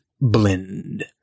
Blend